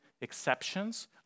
exceptions